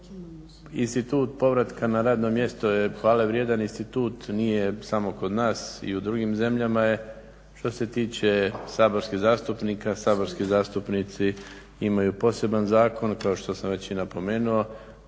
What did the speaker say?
institut povratka na radno mjesto je hvale vrijedan institut. Nije samo kod nas i u drugim zemljama je. Što se tiče saborskih zastupnika, saborski zastupnici imaju poseban zakon kao što sam već i napomenuo